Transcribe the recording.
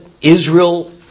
Israel